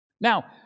Now